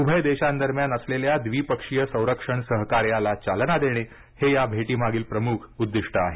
उभय देशांदरम्यान असलेल्या द्विपक्षीय संरक्षण सहकार्याला चालना देणे हे या भेटी मागील प्रमुख उद्दीष्ट आहे